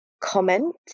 comment